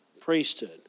priesthood